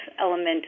element